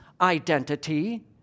identity